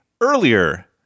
earlier